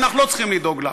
ואנחנו לא צריכים לדאוג לה.